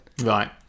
Right